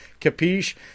Capiche